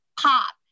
pop